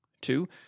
Two